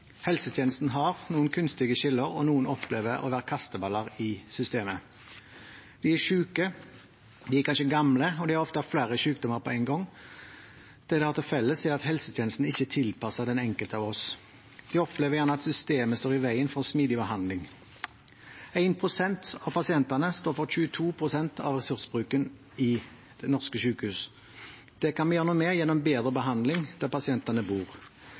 Helsetjenesten har noen kunstige skiller, og noen opplever å være kasteballer i systemet. De er syke, de er kanskje gamle, og de har ofte flere sykdommer på en gang. Det de har til felles, er at helsetjenesten ikke er tilpasset den enkelte. De opplever gjerne at systemet står i veien for en smidig behandling. 1 pst. av pasientene står for 22 pst. av ressursbruken i norske sykehus. Det kan vi gjøre noe med gjennom bedre behandling der pasientene bor.